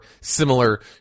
similar